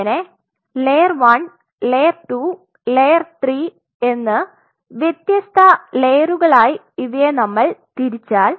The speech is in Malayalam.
ഇങ്ങനെ ലയർ 1 ലയർ 2 ലയർ 3 എന്ന് വ്യത്യസ്ത ലെയറുകളായി ഇവയെ നമ്മൾ തിരിച്ചാൽ